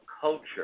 culture